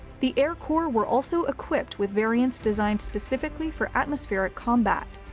the air corps were also equipped with variants designed specifically for atmospheric combat.